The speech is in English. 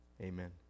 amen